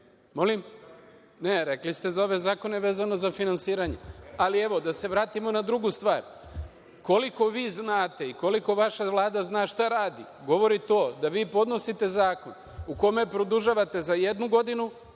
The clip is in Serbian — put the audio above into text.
rekli ste za ove zakone vezano za finansiranje. Ali, da se vratimo na drugu stvar, koliko vi znate i koliko vaša Vlada zna šta radi, govori i to da vi podnosite zakon u kome produžavate za jednu godinu,